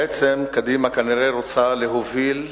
בעצם כנראה קדימה רוצה להוביל אחורה,